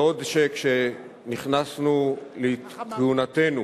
בעוד שכשנכנסנו לכהונתנו